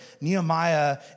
Nehemiah